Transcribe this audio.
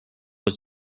was